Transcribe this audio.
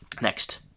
Next